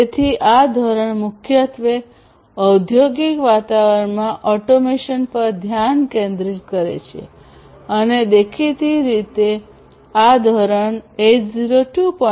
તેથી આ ધોરણ મુખ્યત્વે ઔદ્યોગિક વાતાવરણમાં ઓટોમેશન પર ધ્યાન કેન્દ્રિત કરે છે અને દેખીતી રીતે આ ધોરણ 802